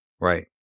Right